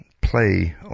play